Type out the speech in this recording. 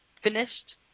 finished